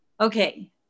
okay